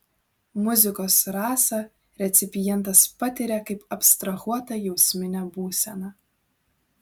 muzikos rasą recipientas patiria kaip abstrahuotą jausminę būseną